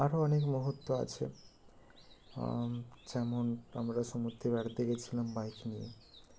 আরও অনেক মুহুর্ত আছে যেমন আমরা সমুদ্রে বেড়াতে গিয়েছিলাম বাইক নিয়ে